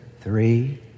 three